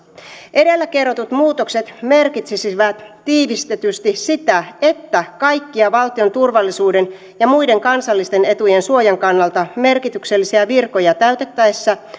edellä kerrotut muutokset merkitsisivät tiivistetysti sitä että kaikkia valtion turvallisuuden ja muiden kansallisten etujen suojan kannalta merkityksellisiä virkoja täytettäessä